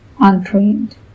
untrained